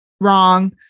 Wrong